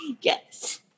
Yes